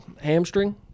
Hamstring